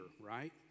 right